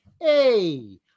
Hey